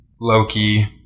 Loki